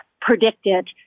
predicted